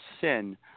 sin